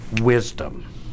wisdom